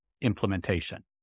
implementation